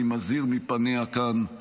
אני מזהיר מפניה כאן,